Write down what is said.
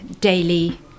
daily